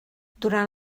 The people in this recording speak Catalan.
durant